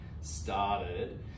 started